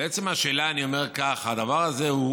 לעצם השאלה, הדבר הזה הוא